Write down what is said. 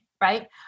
right